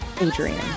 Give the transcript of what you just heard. Adrian